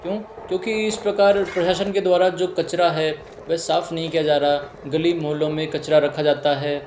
क्यों क्योंकि इस प्रकार प्रशासन के द्वारा जो कचरा है वह साफ़ नहीं किया जा रहा है गली मोहल्लों में कचरा रखा जाता है